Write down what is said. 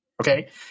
Okay